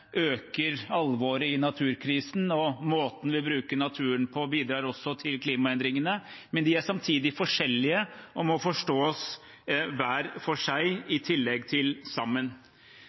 øker alvoret i naturkrisen, og måten vi bruker naturen på, bidrar til klimaendringene – men de er samtidig forskjellige og må forstås hver for seg i tillegg til sammen.